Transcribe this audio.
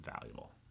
valuable